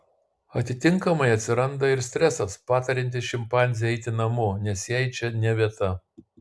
atitinkamai atsiranda ir stresas patariantis šimpanzei eiti namo nes jai čia ne vieta